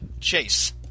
Chase